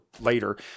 later